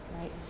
right